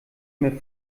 mir